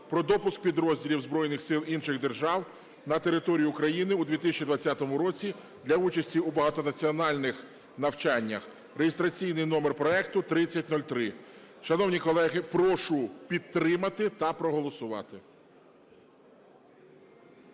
про допуск підрозділів збройних сил інших держав на територію України у 2020 році для участі у багатонаціональних навчаннях (реєстраційний номер проекту 3003). Шановні колеги, прошу підтримати та проголосувати.